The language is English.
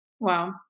Wow